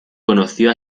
conoció